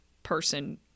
person